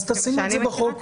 אז תשימי את זה בחוק,